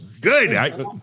good